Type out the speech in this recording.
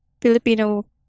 Filipino